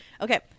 Okay